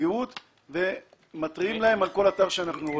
וגהות ומתריעים בפניהם על כל אתר שאנחנו רואים.